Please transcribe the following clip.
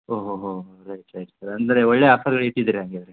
ಓಹೋಹೊ right right sir ಅಂದರೆ ಒಳ್ಳೆ offer ಇಟ್ಟಿದ್ದೀರ ಹಂಗಾದ್ರೆ